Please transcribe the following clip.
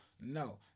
no